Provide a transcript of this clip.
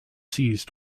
seized